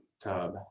tub